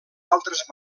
altres